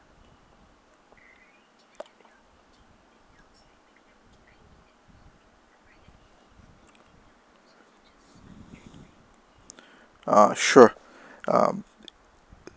ah sure um